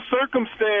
circumstance